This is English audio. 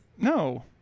No